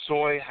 Soy